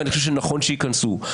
ואני חושב שנכון שייכנסו.